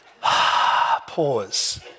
pause